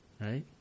right